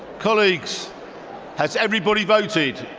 colleagues has everybody voted